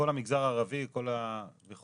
כל המגזר הערבי וכו',